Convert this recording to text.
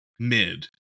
mid